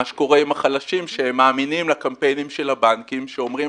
מה שקורה עם החלשים זה שהם מאמינים לקמפיינים של הבנקים שאומרים